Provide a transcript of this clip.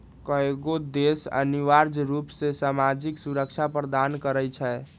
कयगो देश अनिवार्ज रूप से सामाजिक सुरक्षा प्रदान करई छै